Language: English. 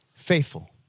Faithful